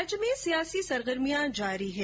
राज्य में सियासी सरगर्मियां जारी हैं